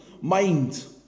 mind